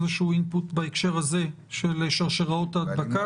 איזשהו אינפוט בהקשר הזה של שרשראות ההדבקה.